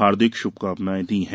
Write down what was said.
हार्दिक शुभकामनाएँ दी हैं